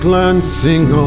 Glancing